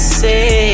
say